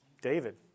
David